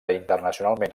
internacionalment